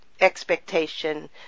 expectation